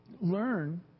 learn